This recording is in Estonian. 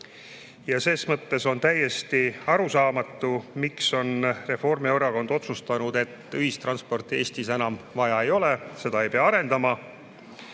mõttes on täiesti arusaamatu, miks on Reformierakond otsustanud, et ühistransporti Eestis enam vaja ei ole, seda ei pea arendama,